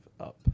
up